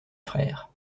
frères